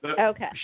Okay